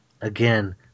again